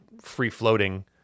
free-floating